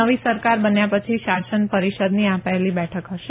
નવી સરકાર બન્યા પછી શાસન પરિષદની આ પહેલી બેઠક હશે